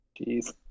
Jeez